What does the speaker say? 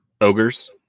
Ogres